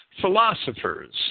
philosophers